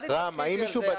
אל תתווכחי אתי על זה,